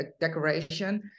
decoration